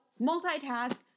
multitask